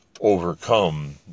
overcome